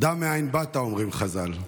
"דע מאין באת", אומרים חז"ל,